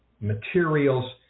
materials